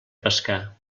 pescar